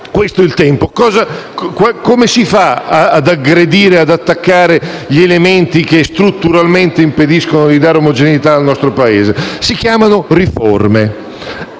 è il tempo. Come si fa ad aggredire e attaccare gli elementi che strutturalmente impediscono di dare omogeneità al nostro Paese? Si fa con le riforme.